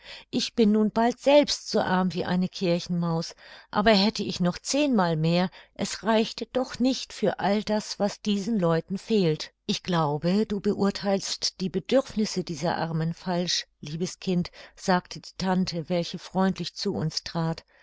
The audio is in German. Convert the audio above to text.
ich bin nun bald selbst so arm wie eine kirchenmaus aber hätte ich noch zehnmal mehr es reichte doch nicht für all das was diesen leuten fehlt ich glaube du beurtheilst die bedürfnisse dieser armen falsch liebes kind sagte die tante welche freundlich zu uns trat